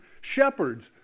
Shepherds